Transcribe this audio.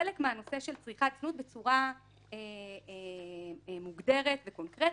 כחלק מהנושא של צריכת זנות בצורה מוגדרת וקונקרטית: